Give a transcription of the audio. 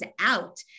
out